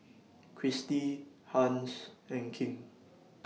Christi Hans and King